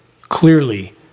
clearly